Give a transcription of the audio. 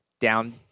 down